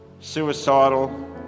Suicidal